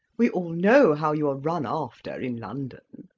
we all know how you are run after in london.